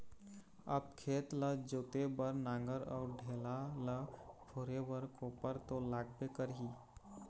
अब खेत ल जोते बर नांगर अउ ढेला ल फोरे बर कोपर तो लागबे करही